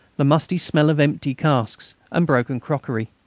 the musty smell of empty casks, and broken crockery.